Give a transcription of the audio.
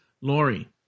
Lori